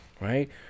right